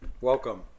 welcome